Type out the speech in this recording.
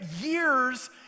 years